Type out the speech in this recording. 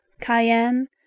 cayenne